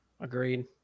Agreed